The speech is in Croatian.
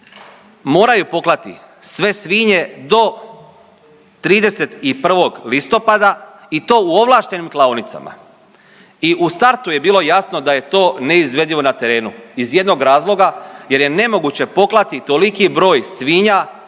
moraju poklati sve svinje do 31. listopada u to u ovlaštenim klaonicama. I u startu je bilo jasno da je to neizvedivo na terenu iz jednog razloga jer je nemoguće poklati toliki broj svinja